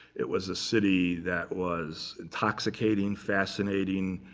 it was a city that was intoxicating, fascinating,